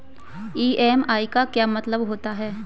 EMI का क्या मतलब होता है?